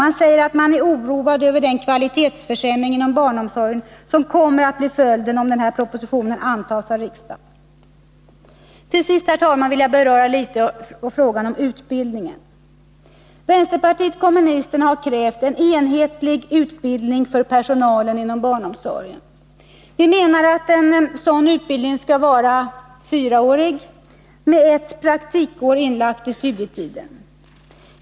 De är oroade över den kvalitetsförsämring inom barnomsorgen som kommer att bli följden om denna proposition antas av riksdagen. Till sist, herr talman, skall jag något beröra frågan om utbildningen. Vänsterpartiet kommunisterna har krävt en enhetlig utbildning för personalen inom barnomsorgen. Vi menar att en sådan utbildning skall vara fyraårig med ett praktikår inlagt i studietiden.